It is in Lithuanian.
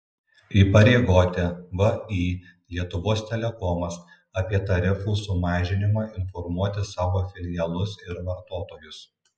įpareigoti vį lietuvos telekomas apie tarifų sumažinimą informuoti savo filialus ir vartotojus